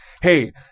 hey